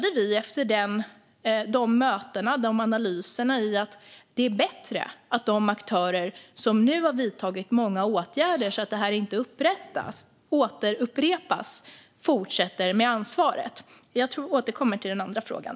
Efter dessa möten och analyser landade vi i att det är bättre att de aktörer som nu har vidtagit många åtgärder för att detta inte ska upprepas fortsätter med ansvaret. Jag återkommer till den andra frågan.